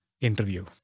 interview